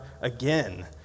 again